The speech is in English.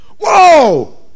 Whoa